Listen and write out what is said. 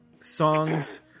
songs